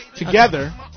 Together